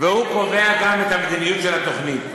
והוא קובע גם את המדיניות של התוכנית.